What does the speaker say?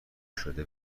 شده